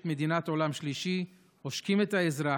מדינת עולם שלישי: עושקים את האזרח,